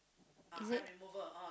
is it